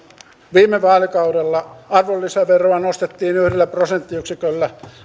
viime vaalikaudella arvonlisäveroa nostettiin yhdellä prosenttiyksiköllä